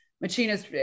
Machina's